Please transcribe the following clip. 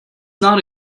not